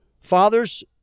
Fathers